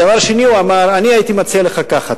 דבר שני שהוא אמר: אני הייתי מציע לך ככה,